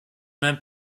même